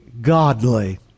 godly